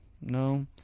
No